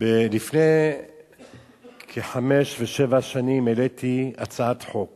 לפני כחמש ושבע שנים העליתי הצעת חוק